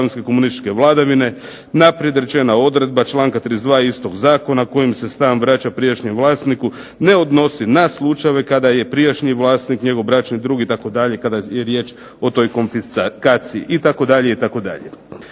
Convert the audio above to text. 32. istog zakona naprijed rečena odredba članka 32. istog zakona kojim se stan vraća prijašnjem vlasniku ne odnosi na slučajeve kada je prijašnji vlasnik njegov bračni drug itd., kada je riječ o toj konfiskaciji itd., itd.